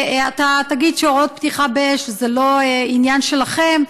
אתה תגיד שהוראות פתיחה באש זה לא עניין שלכם,